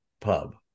pub